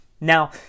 Now